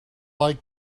like